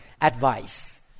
advice